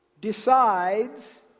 decides